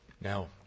now